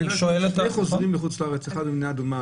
השאלה איך חוזרים מחוץ לארץ ממדינה אדומה,